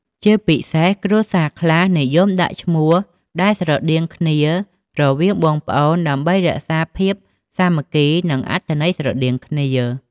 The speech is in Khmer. ជាពិសេសគ្រួសារខ្លះនិយមដាក់ឈ្មោះដែលស្រដៀងគ្នារវាងបងប្អូន ដើម្បីរក្សាភាពសាមគ្គី និងអត្ថន័យស្រដៀងគ្នា។